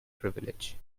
privilege